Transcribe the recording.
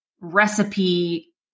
recipe